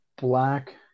black